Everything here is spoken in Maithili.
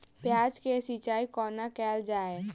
प्याज केँ सिचाई कोना कैल जाए?